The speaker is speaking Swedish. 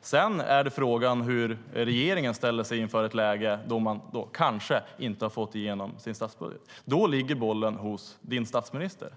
Sedan är frågan hur regeringen ställer sig inför ett läge när den kanske inte har fått igenom sin statsbudget. Då ligger bollen hos din statsminister.